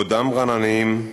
בעודם רעננים,